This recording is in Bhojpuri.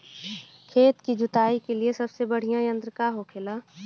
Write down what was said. खेत की जुताई के लिए सबसे बढ़ियां यंत्र का होखेला?